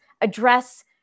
address